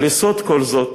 על יסוד כל זאת